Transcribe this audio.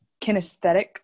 kinesthetic